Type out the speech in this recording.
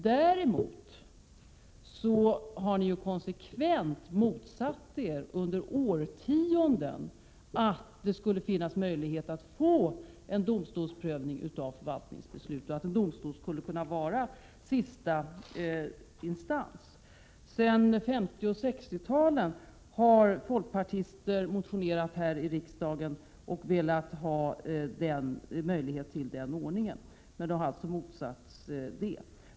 Däremot har ni under årtionden konsekvent motsatt er att det skulle finnas möjlighet att få en domstolsprövning av förvaltningsbeslut och att en domstol skulle kunna vara sista instans. Sedan 1950 och 1960-talen har folkpartister motionerat här i riksdagen och velat ha en möjlighet till en sådan ordning, men det har man alltså motsatt sig.